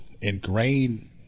ingrained